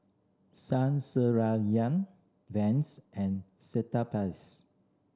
Saizeriya Vans and Cetaphil